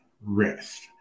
rest